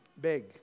big